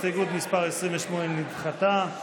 הסתייגות מס' 28 נדחתה.